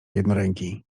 jednoręki